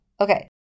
Okay